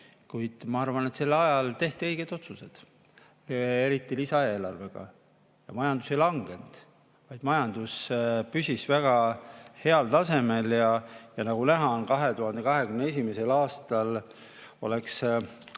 Kuid ma arvan, et sellel ajal tehti õiged otsused. Eriti lisaeelarvega. Majandus ei langenud, vaid majandus püsis väga heal tasemel ja nagu näha on, 2021. aastal oleks